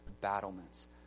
battlements